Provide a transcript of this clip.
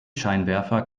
scheinwerfer